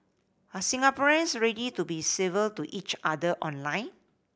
are Singaporeans ready to be civil to each other online